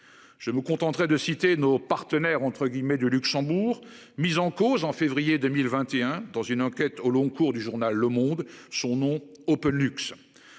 Je me contenterai de citer nos partenaires entre guillemets du Luxembourg mise en cause en février 2021 dans une enquête au long cours du journal Le Monde son nom au peu luxe.